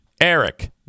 Eric